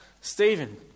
Stephen